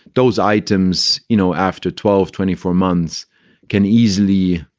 those items, you know, after twelve, twenty four months can easily,